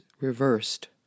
reversed